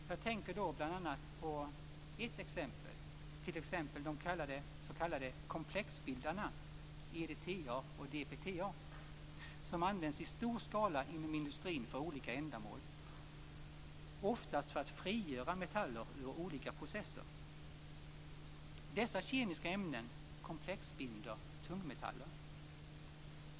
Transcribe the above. Jag tänker då bl.a. på de s.k. komplexbildarna EDTA och DPTA som används i stor skala inom industrin för olika ändamål, oftast för att frigöra metaller ur olika processer. Dessa kemiska ämnen komplexbinder tungmetaller.